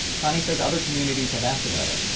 connie says other communities have asked about it.